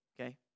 okay